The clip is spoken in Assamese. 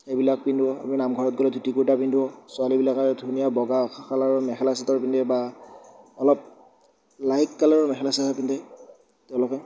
এইবিলাক পিন্ধো আমি নামঘৰত গ'লে ধূতি কুৰ্তা পিন্ধো ছোৱালীবিলাকে ধুনীয়া বগা কালাৰৰ মেখেলা চাদৰ পিন্ধে বা অলপ লাইট কালাৰৰ মেখেলা চাদৰ পিন্ধে তেওঁলোকে